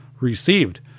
received